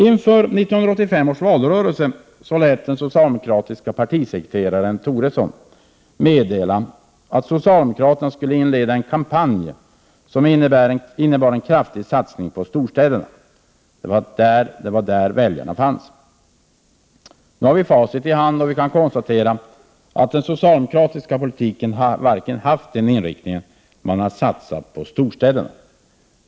Inför 1985 års valrörelse lät den socialdemokratiska partisekreteraren Bo Toresson meddela att socialdemokraterna skulle inleda en kampanj som innebar en kraftig satsning på storstäderna. Det var där väljarna fanns. Nu har vi facit i hand och kan konstatera att den socialdemokratiska politiken verkligen har haft den inriktningen. Man har satsat på storstäderna.